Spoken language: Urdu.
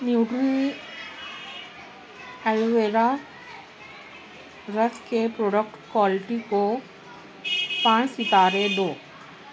نیوٹری الویرا رس کے پروڈکٹ کوالٹی کو پانچ ستارے دو